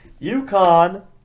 UConn